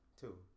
Two